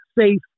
safe